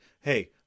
hey